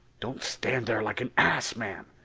don't stand there like an ass, man.